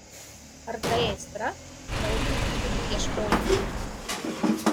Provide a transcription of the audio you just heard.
ar tai aistra naujų įspūdžių ieškojimas